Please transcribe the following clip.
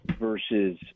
Versus